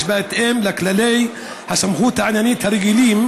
בהתאם לכללי הסמכות העניינית הרגילים,